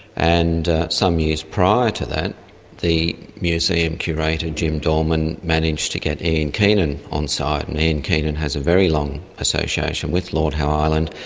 and some years prior to that the museum curator jim dorman managed to get ian kiernan on side, and ian kiernan has a very long association with lord howe island,